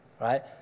Right